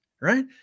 right